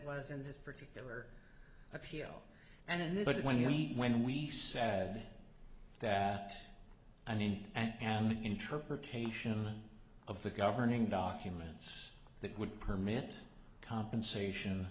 was in this particular appeal and that when you eat when we sad that i mean an interpretation of the governing documents that would permit compensation